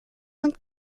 und